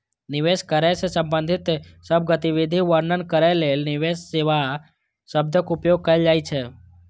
निवेश करै सं संबंधित सब गतिविधि वर्णन करै लेल निवेश सेवा शब्दक उपयोग कैल जाइ छै